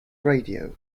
radio